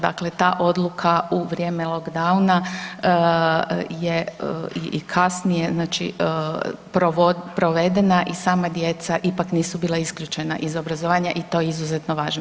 Dakle, ta odluka u vrijeme lockdowna je i kasnije znači provedena i sama djeca ipak nisu bila isključena iz obrazovanja i to je izuzetno važno.